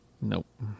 nope